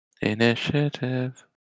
Initiative